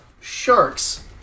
sharks